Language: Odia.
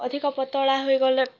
ଅଧିକ ପତଳା ହୋଇଗଲେ